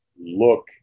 look